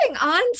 on